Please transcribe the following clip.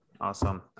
Awesome